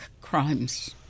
crimes